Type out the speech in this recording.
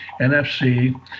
NFC